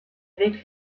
avec